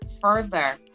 further